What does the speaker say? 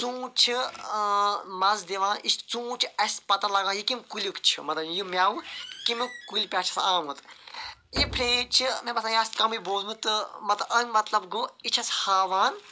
ژوٗنٹھ چھُ مَزٕ دِوان یہِ چھ ژوٗنٹھ چھ اسہِ پتاہ لگان یہِ کمہ کُلیُکۍ چھُ مَطلَب یہِ میٚوٕ کمہ کُلہ پیٚٹھ چھُ آسان آمُت یہِ پھریز چھِ مےٚ باسان یہِ آسہِ کمے بوٗزمٕژ تہٕ مَطلَب امیُک مَطلَب گوٚو یہ چھ اسہِ ہاوان